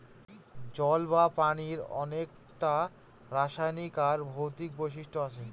জল বা পানির অনেককটা রাসায়নিক আর ভৌতিক বৈশিষ্ট্য আছে